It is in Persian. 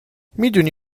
میدونی